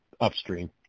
upstream